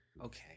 Okay